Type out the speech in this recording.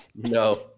No